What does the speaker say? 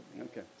Okay